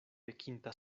pekinta